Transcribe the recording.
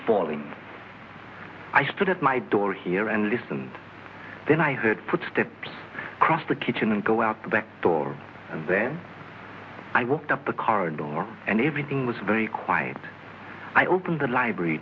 falling i stood at my door here and listened then i heard footsteps cross the kitchen and go out the back door and then i walked up the car door and everything was very quiet i opened the library